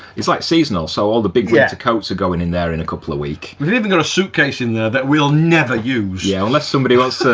it's like seasonal, so all the big winter coats are going in there in a couple of week. we've even got a suitcase in there that we'll never use. yeah, unless somebody wants to